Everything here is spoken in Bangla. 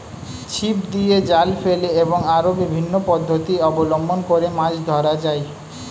ছিপ দিয়ে, জাল ফেলে এবং আরো বিভিন্ন পদ্ধতি অবলম্বন করে মাছ ধরা হয়